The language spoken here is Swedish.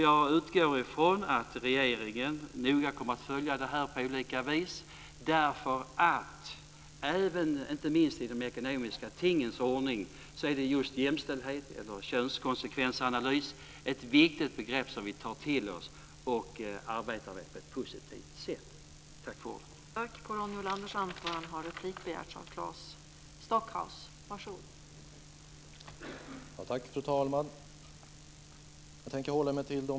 Jag utgår från att regeringen noga kommer att följa detta på olika vis, därför att inte minst i de ekonomiska tingens ordning är just jämställdhet eller könskonsekvensanalys ett viktigt begrepp som vi bör ta till oss och arbeta med på ett positivt sätt.